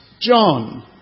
John